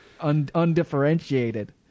undifferentiated